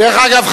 דרך אגב,